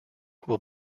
will